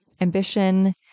ambition